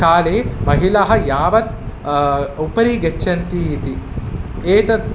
काले महिलाः यावत् उपरि गच्छन्ति इति एतद्